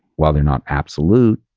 well, they're not absolute,